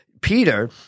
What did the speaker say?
Peter